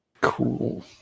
Cool